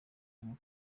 bwonko